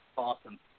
awesome